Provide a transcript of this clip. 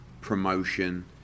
promotion